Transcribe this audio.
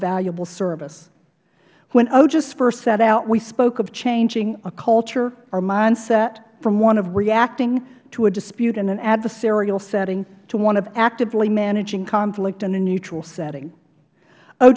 valuable service when ogis first set out we spoke of changing a culture a mind set from one of reacting to a dispute in an adversarial setting to one of actively managing conflict in a neutral setting o